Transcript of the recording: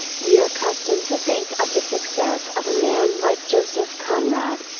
we are accustomed to think of the success of a man like joseph conrad,